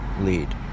lead